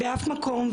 באף מקום,